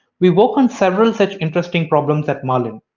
we work on several such interesting problems at marlin.